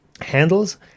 handles